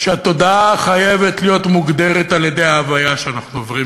שהתודעה חייבת להיות מוגדרת על-ידי ההוויה שאנחנו עוברים.